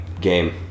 game